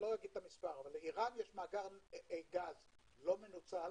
את המספר, אבל יש לה מאגר גז לא מנוצל